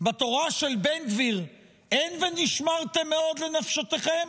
בתורה של בן גביר אין "ונשמרתם מאוד לנפשותיכם"?